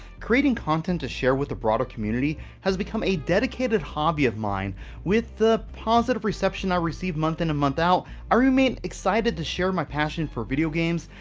creating content to share with the broader community has become a dedicated hobby of mine and with the positive reception i receive month in and month out i remain excited to share my passion for video games,